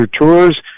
tours